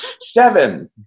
Seven